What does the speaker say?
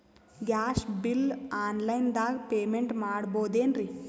Gas bill online ದಾಗ payment ಮಾಡಬೋದೇನ್ರಿ?